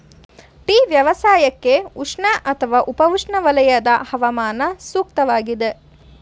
tea ವ್ಯವಸಾಯಕ್ಕೆ ಉಷ್ಣ ಅಥವಾ ಉಪ ಉಷ್ಣವಲಯ ಹವಾಮಾನ ಸೂಕ್ತವಾಗಿದೆ